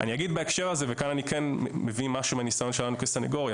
אני אגיד בהקשר הזה וכאן אני כן מביא משהו מהניסיון שלנו כסנגוריה